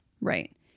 Right